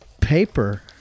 paper